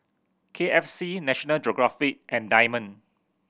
K F C National Geographic and Diamond